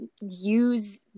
use